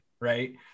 right